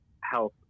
health